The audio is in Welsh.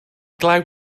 glaw